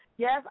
Yes